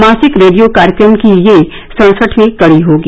मासिक रेडियो कार्यक्रम की यह सड्सठवीं कडी होगी